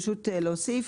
פשוט להוסיף